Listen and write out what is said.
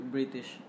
British